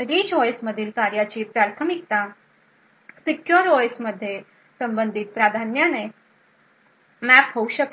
rich OS मधील कार्याची प्राथमिकता सीक्युर ओएसमध्ये संबंधित प्राधान्याने मॅप होऊ शकेल